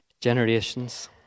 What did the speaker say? generations